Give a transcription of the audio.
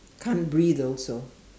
can't breathe also